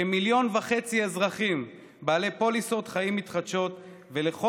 כמיליון וחצי אזרחים בעלי פוליסות חיים מתחדשות ולכל